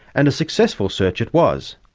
and a successful search it was.